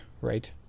right